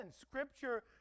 Scripture